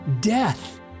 death